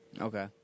okay